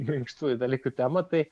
minkštųjų dalykų temą tai